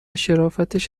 شرافتش